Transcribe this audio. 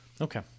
Okay